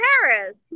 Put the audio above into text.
Paris